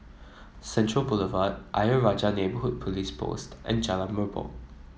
Central Boulevard Ayer Rajah Neighbourhood Police Post and Jalan Merbok